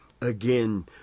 again